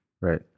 Right